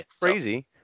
crazy